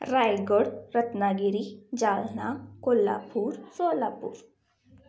Raigad Ratnagiri Jalna Kolhapur Solapur